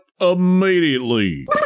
immediately